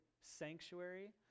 sanctuary